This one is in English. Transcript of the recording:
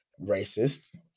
racist